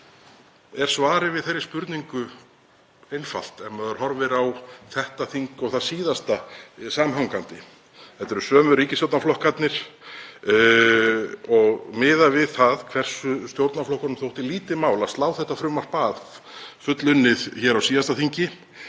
er svarið við þeirri spurningu einfalt ef maður horfir á þetta þing og það síðasta samhangandi. Þetta eru sömu ríkisstjórnarflokkarnir og miðað við það hversu stjórnarflokkunum þótti lítið mál að slá þetta frumvarp af fullunnið hér á síðasta þingi